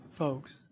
Folks